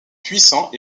puissants